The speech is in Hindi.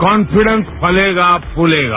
कान्फीडेंस फलेगा फूलेगा